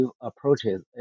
approaches